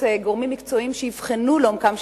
גורמים מקצועיים תבחן את הדברים לעומקם,